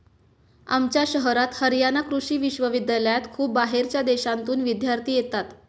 आमच्या शहरात हरयाणा कृषि विश्वविद्यालयात खूप बाहेरच्या देशांतून विद्यार्थी येतात